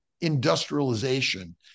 industrialization